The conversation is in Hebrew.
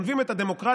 גונבים את הדמוקרטיה,